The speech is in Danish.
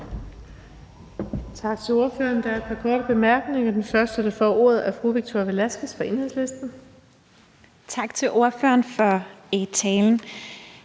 Tak til ordføreren. Der er et par korte bemærkninger. Den første, der får ordet, er fru Victoria Velasquez fra Enhedslisten. Kl. 15:10 Victoria